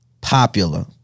popular